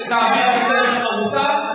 שתעביר הכתבת החרוצה,